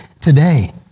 today